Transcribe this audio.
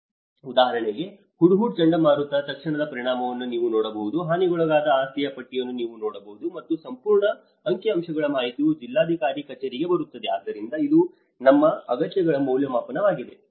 ಉದಾಹರಣೆಗೆ ಹುಡ್ ಹುಡ್ ಚಂಡಮಾರುತದ ತಕ್ಷಣದ ಪರಿಣಾಮವನ್ನು ನೀವು ನೋಡಬಹುದು ಹಾನಿಗೊಳಗಾದ ಆಸ್ತಿಯ ಪಟ್ಟಿಯನ್ನು ನೀವು ನೋಡಬಹುದು ಮತ್ತು ಸಂಪೂರ್ಣ ಅಂಕಿಅಂಶಗಳ ಮಾಹಿತಿಯು ಜಿಲ್ಲಾಧಿಕಾರಿ ಕಚೇರಿಗೆ ಬರುತ್ತದೆ ಆದ್ದರಿಂದ ಇದು ನಮ್ಮ ಅಗತ್ಯಗಳ ಮೌಲ್ಯಮಾಪನವಾಗಿದೆ